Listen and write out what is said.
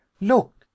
Look